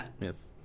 Yes